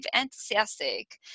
enthusiastic